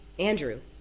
Andrew